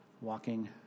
walking